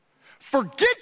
forget